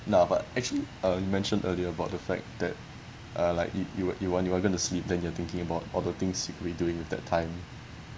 now but actually uh you mentioned earlier about the fact that uh like you you you wanted to sleep then you're thinking about all the things we're doing with that time